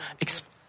explain